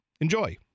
Enjoy